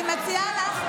אני מציעה לך,